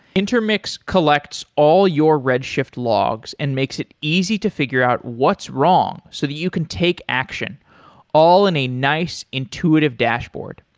intermix collects all your redshift logs and makes it easy to figure out what's wrong so that you can take action all in a nice intuitive dashboard.